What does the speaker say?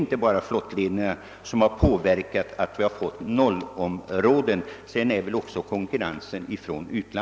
Sedan inverkar väl även konkurrensen från utlandet — priser m.m.